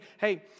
hey